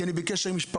כי אני בקשר עם משפחות.